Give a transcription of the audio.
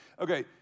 Okay